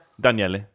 Daniele